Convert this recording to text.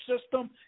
system